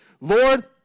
Lord